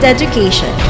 Education